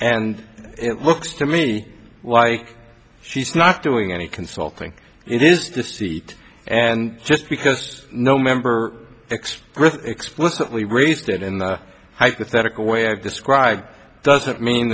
and it looks to me like she's not doing any consulting it is deceit and just because no member expressed explicitly raised it in the hypothetical way i've described doesn't mean